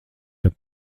kad